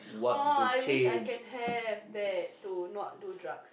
!aww! I wish I can have that to not too drugs